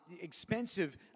expensive